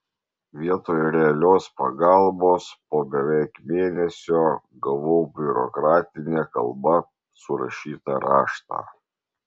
vietoj realios pagalbos po beveik mėnesio gavau biurokratine kalba surašytą raštą